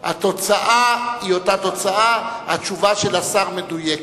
התוצאה היא אותה תוצאה, התשובה של השר מדויקת.